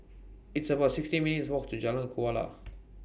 It's about sixteen minutes' Walk to Jalan Kuala